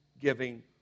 giving